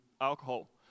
alcohol